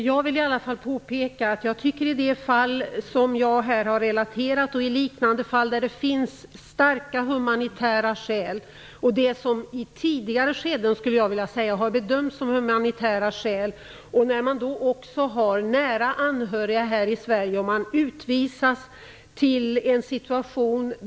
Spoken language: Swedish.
Fru talman! Det fall som jag här har refererat och i liknande fall där det finns starka humanitära skäl - och vad som i tidigare skeden har bedömts vara humanitära skäl - har människor som har nära anhöriga i Sverige utvisats.